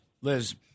Liz